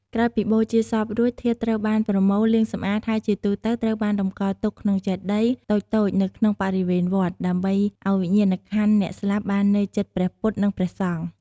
ក្រោយពីបូជាសពរួច ធាតុត្រូវបានប្រមូល លាងសម្អាត ហើយជាទូទៅត្រូវបានតម្កល់ទុកក្នុងចេតិយតូចៗនៅក្នុងបរិវេណវត្ត ដើម្បីឱ្យវិញ្ញាណក្ខន្ធអ្នកស្លាប់បាននៅជិតព្រះពុទ្ធ និងព្រះសង្ឃ។